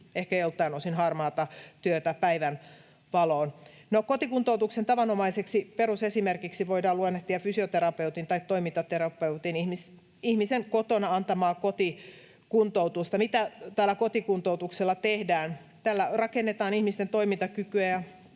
ehkä joltain osin harmaata työtä päivänvaloon. Kotikuntoutuksen tavanomaiseksi perusesimerkiksi voidaan luonnehtia fysioterapeutin tai toimintaterapeutin ihmisen kotona antamaa kotikuntoutusta. Mitä tällä kotikuntoutuksella tehdään? Tällä rakennetaan ihmisten toimintakykyä